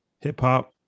Hip-hop